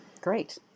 Great